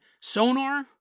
sonar